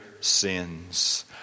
sins